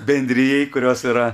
bendrijai kurios yra